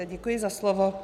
Děkuji za slovo.